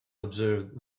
observe